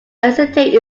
acetate